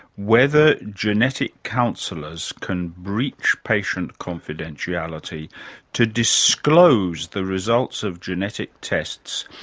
whether genetic counsellors can breach patient confidentiality to disclose the results of genetic tests,